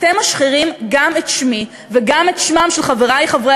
אתם משחירים גם את שמי וגם את שמם של חברי חברי